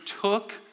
took